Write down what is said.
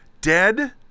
dead